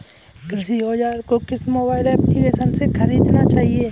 कृषि औज़ार को किस मोबाइल एप्पलीकेशन से ख़रीदना चाहिए?